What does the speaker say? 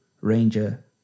Ranger